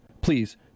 Please